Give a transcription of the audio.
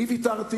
אני ויתרתי.